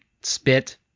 spit